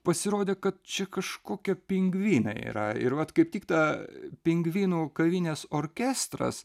pasirodė kad čia kažkokie pingvinai yra ir vat kaip tik ta pingvinų kavinės orkestras